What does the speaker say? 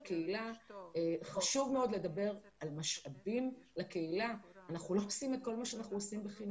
אני בדרך לדיון על כלי מלחמה כבדים מאוד בעוד שעה,